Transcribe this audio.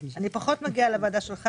אני פחות מגיעה לוועדה שלך,